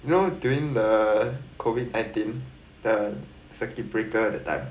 you know during the COVID nighteen the circuit breaker that time